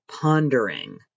pondering